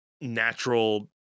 natural